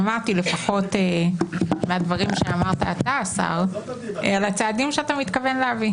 שמעתי לפחות בדברים שאמרת אתה השר על הצעדים שאתה מתכוון להביא: